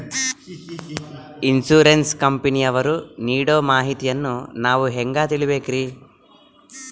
Insurance ಕಂಪನಿಯವರು ನೀಡೋ ಮಾಹಿತಿಯನ್ನು ನಾವು ಹೆಂಗಾ ತಿಳಿಬೇಕ್ರಿ?